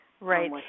Right